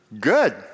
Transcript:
Good